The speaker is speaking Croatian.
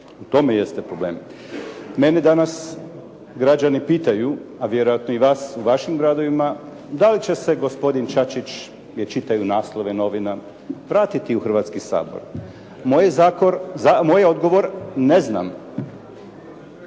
u tome jeste problem. Mene danas građani pitaju, a vjerujem i vas u vašim gradovima da li će se gospodin Čačić, jer čitaju naslove novina, vratiti u Hrvatski sabor. Moj je odgovor ne znam.